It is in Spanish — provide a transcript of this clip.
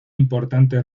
importante